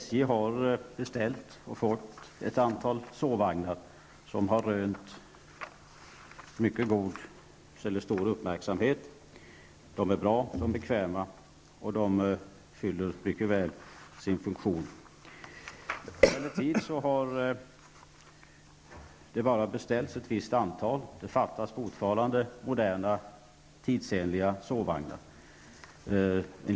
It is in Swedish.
SJ har beställt och fått ett antal sovvagnar som har rönt mycket stor uppmärksamhet. De är bra och bekväma, och de fyller mycket väl sin funktion. Emellertid har det bara beställts ett visst antal sovvagnar. Det fattas fortfarande moderna, tidsenliga sovvagnar.